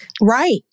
right